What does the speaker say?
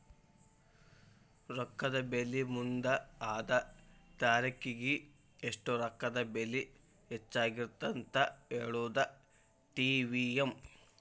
ರೊಕ್ಕದ ಬೆಲಿ ಮುಂದ ಅದ ತಾರಿಖಿಗಿ ಎಷ್ಟ ರೊಕ್ಕದ ಬೆಲಿ ಹೆಚ್ಚಾಗಿರತ್ತಂತ ಹೇಳುದಾ ಟಿ.ವಿ.ಎಂ